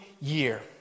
Year